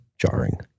jarring